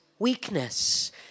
Weakness